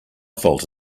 fault